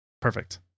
Perfect